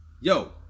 Yo